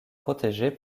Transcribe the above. protégé